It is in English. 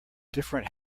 different